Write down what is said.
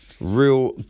Real